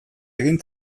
egin